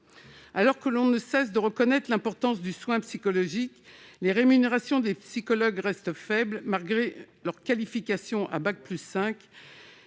Alors que l'on ne cesse de reconnaître l'importance du soin psychologique, les rémunérations des psychologues restent faibles, malgré leur qualification à « bac plus 5